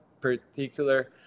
particular